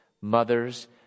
mothers